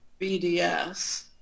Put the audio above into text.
BDS